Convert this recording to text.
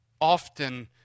often